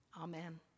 amen